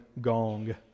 gong